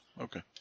okay